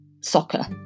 soccer